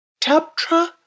Taptra